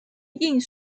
印刷